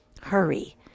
hurry